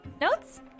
Notes